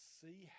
see